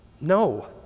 No